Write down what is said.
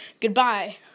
Goodbye